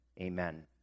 amen